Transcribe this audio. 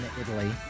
Italy